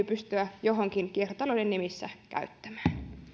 pystyä johonkin kiertotalouden nimissä käyttämään